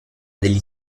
degli